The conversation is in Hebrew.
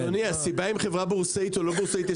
אם חברה היא בורסאית או לא בורסאית,